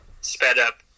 sped-up